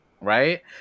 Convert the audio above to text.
right